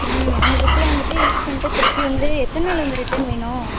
ம் அந்த புக்கில் வந்துவிட்டு யூஸ் பண்ணிட்டு திருப்பி வந்து எத்தனை நாளில் வந்து ரிட்டன் வேணும்